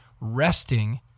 resting